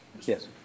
Yes